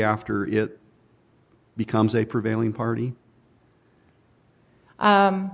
after it becomes a prevailing party